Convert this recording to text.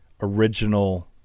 original